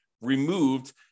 removed